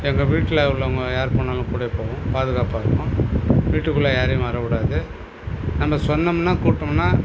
எங்கள் வீட்டில் உள்ளவங்க யார் போனாலும் கூடவே போகும் பாதுகாப்பாக இருக்கும் வீட்டுக்குள்ளே யாரையும் வர விடாது நம்ம சொன்னோம்னா கூப்பிட்டோம்னா